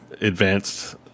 advanced